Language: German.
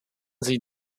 sie